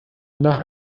nach